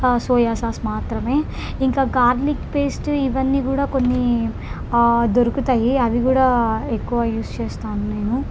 soya sauce మాత్రమే ఇంకా garlic paste ఇవన్నీ కూడా కొన్ని దొరుకుతాయి అవి కూడా ఎక్కువ యూజ్ చేస్తాను నేను